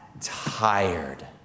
tired